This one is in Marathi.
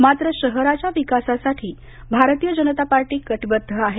मात्र शहराच्या विकासासाठी भारतीय जनपा पक्ष कटीबध्द आहे